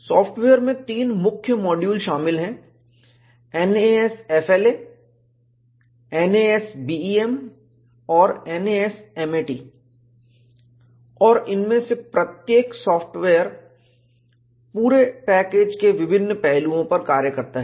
software में तीन मुख्य मॉड्यूल शामिल हैं NASFLA NASBEM और NASMAT और इनमें से प्रत्येक पूरे सॉफ्टवेयर पैकेज के विभिन्न पहलुओं पर कार्य करता है